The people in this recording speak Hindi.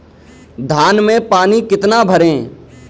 धान में पानी कितना भरें?